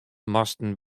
moasten